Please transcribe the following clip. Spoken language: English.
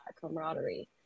camaraderie